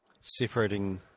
separating